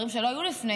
אלה דברים שלא היו לפני,